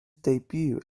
debut